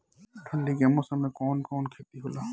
ठंडी के मौसम में कवन कवन खेती होला?